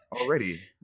already